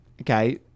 okay